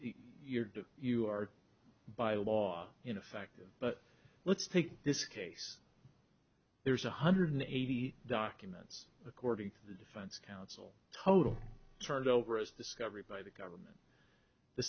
you're do you are by law in effect but let's take this case there's one hundred eighty documents according to the defense counsel total turned over as discovery by the government the